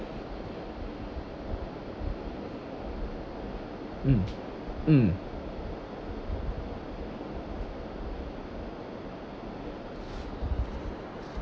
mm mm